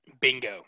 Bingo